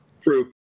True